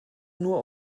nur